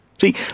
See